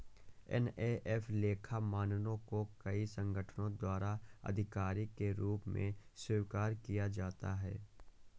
FAF लेखा मानकों को कई संगठनों द्वारा आधिकारिक के रूप में स्वीकार किया जाता है